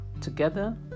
together